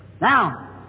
Now